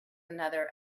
another